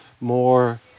more